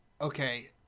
Okay